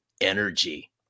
energy